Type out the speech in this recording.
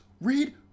read